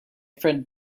friend